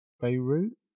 Beirut